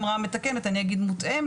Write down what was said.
היא אמרה 'מתקנת', אני אגיד 'מותאמת'